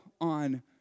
on